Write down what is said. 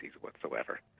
whatsoever